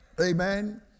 Amen